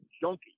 junkie